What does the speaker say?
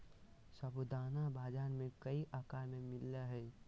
साबूदाना बाजार में कई आकार में मिला हइ